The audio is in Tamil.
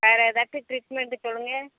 வேறு எதாச்சும் டிரீட்மெண்ட் சொல்லுங்கள்